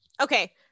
Okay